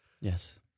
Yes